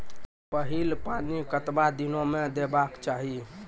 पहिल पानि कतबा दिनो म देबाक चाही?